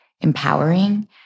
empowering